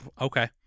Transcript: Okay